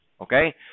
Okay